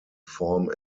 form